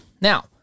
Now